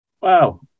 wow